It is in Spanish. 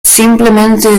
simplemente